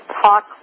Talk